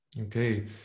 okay